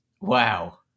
Wow